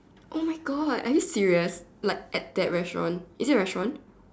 oh my God are you serious like at that restaurant is it a restaurant